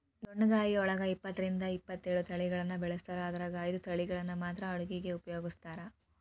ಡೊಣ್ಣಗಾಯಿದೊಳಗ ಇಪ್ಪತ್ತರಿಂದ ಇಪ್ಪತ್ತೇಳು ತಳಿಗಳನ್ನ ಬೆಳಿಸ್ತಾರ ಆದರ ಐದು ತಳಿಗಳನ್ನ ಮಾತ್ರ ಅಡುಗಿಗ ಉಪಯೋಗಿಸ್ತ್ರಾರ